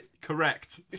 Correct